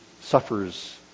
suffers